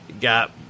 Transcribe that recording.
got